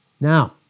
Now